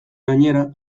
gainera